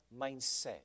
mindset